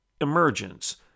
emergence